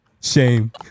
Shame